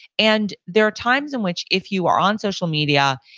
and there are times in which if you are on social media,